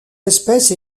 espèce